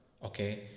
Okay